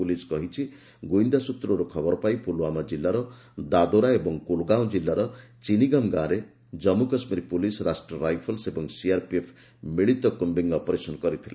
police କହିଛି ଗୁଇନ୍ଦା ସୂତ୍ରରୁ ଖବର ପାଇ ପୁଲୱାମା ଜିଲ୍ଲାର ଦାଦୋରା ଏବଂ କୁଲ୍ଗାଓଁ କିଲ୍ଲାର ଚିନିଗମ୍ଗାଁରେ ଜନ୍ମୁ କଶ୍ମୀର ପୋଲିସ୍ ରାଷ୍ଟ୍ରୀୟ ରାଇଫଲସ୍ ଓ ସିଆରପିଏଫ୍ ମିଳିତ କୁମ୍ସିଂ ଅପରେସନ୍ କରିଥିଲେ